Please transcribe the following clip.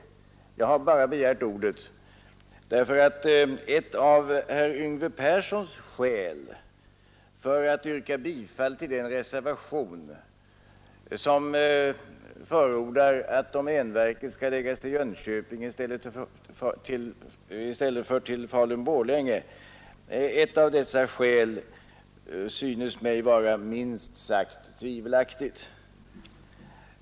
Anledningen till att jag har begärt ordet var bara att ett av Yngve Perssons skäl för att yrka bifall till den reservation, i vilken det förordas att domänverket skall förläggas till Jönköping i stället för till Falun-Borlänge, synes mig vara minst sagt tvivelaktigt.